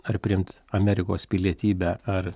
ar priimt amerikos pilietybę ar